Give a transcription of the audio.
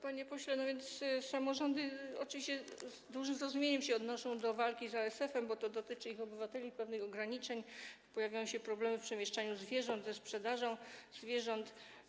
Panie pośle, samorządy oczywiście z dużym zrozumieniem odnoszą się do walki z ASF-em, bo to dotyczy ich obywateli, pewnych ograniczeń - pojawiają się problemy w przemieszczaniu zwierząt, ze sprzedażą zwierząt.